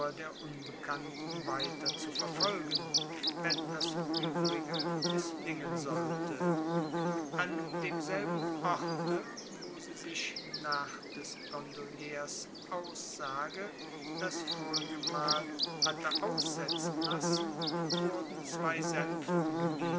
der unbekannten weiter zu verfolgen wenn das übrige mißlingen sollte an demselben orte wo sie sich nach des gondoliers aussage das vorige mal hatte aussetzen lassen wurden zwei